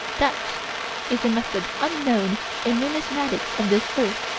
that is a method unknown in numismatics of this earth.